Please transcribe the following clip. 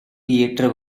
ஏற்ற